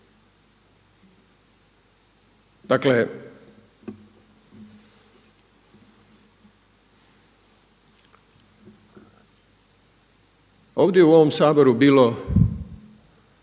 Dakle, ovdje u ovom Saboru bilo